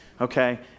Okay